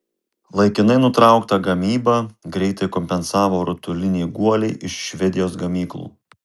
laikinai nutrauktą gamybą greitai kompensavo rutuliniai guoliai iš švedijos gamyklų